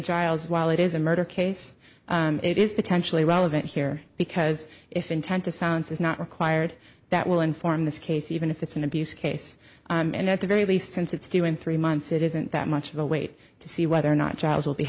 giles while it is a murder case it is potentially relevant here because if intent to silence is not required that will inform this case even if it's an abuse case and at the very least since it's due in three months it isn't that much of a wait to see whether or not giles will be